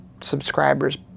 subscribers